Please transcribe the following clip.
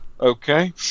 Okay